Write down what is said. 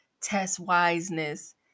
test-wiseness